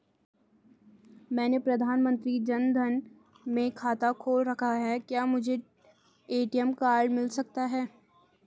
मैंने प्रधानमंत्री जन धन में खाता खोल रखा है क्या मुझे ए.टी.एम कार्ड मिल सकता है?